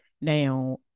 Now